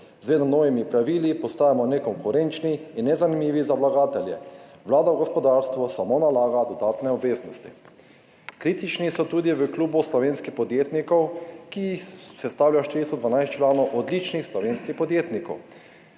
Z vedno novimi pravili postajamo nekonkurenčni in nezanimivi za vlagatelje. Vlada gospodarstvu samo nalaga dodatne obveznosti.« Kritični so tudi v Klubu slovenskih podjetnikov, ki ga sestavlja 412 članov odličnih slovenskih podjetnikov,